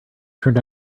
turned